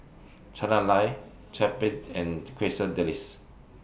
Chana Lal Japchae and Quesadillas